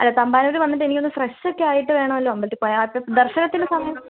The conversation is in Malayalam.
അല്ല തമ്പാനൂർ വന്നിട്ട് എനിക്കൊന്ന് ഫ്രഷ് ഒക്കെ ആയിട്ട് വേണമല്ലോ അമ്പലത്തിൽ പോകാൻ ദർശനത്തിൻ്റെ സമയം